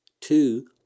Two